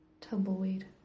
Tumbleweed